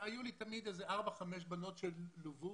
ותמיד היו לי ארבע-חמש בנות שלוו.